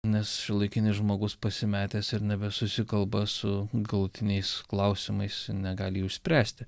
nes šiuolaikinis žmogus pasimetęs ir nebesusikalba su galutiniais klausimais negali jų išspręsti